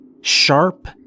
sharp